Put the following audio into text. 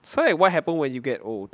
so what happens when you get old